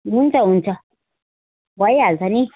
हुन्छ हुन्छ भइहाल्छ नि